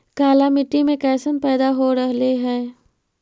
काला मिट्टी मे कैसन पैदा हो रहले है?